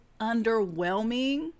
underwhelming